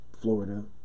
Florida